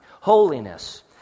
Holiness